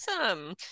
Awesome